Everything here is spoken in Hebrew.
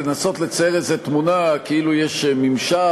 לנסות לצייר איזו תמונה כאילו יש ממשל